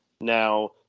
Now